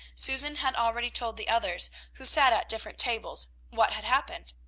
susan had already told the others, who sat at different tables, what had happened.